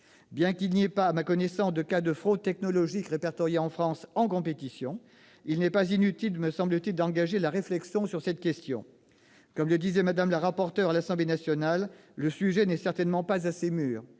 Bien qu'il n'y ait pas, à ma connaissance, de cas de fraude technologique répertorié en France en compétition, il n'est pas inutile, me semble-t-il, d'engager la réflexion sur cette question. Comme le disait Mme la rapporteur à l'Assemblée nationale, le sujet n'est certainement « pas assez mûr